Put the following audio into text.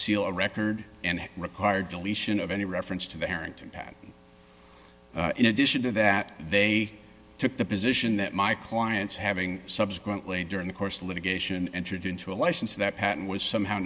seal a record and require deletion of any reference to the parent that in addition to that they took the position that my client's having subsequently during the course of litigation entered into a license that patent was somehow